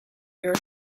your